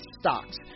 stocks